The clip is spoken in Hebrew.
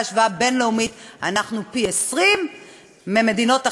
בהשוואה בין-לאומית פי-20 מבמדינות אחרות,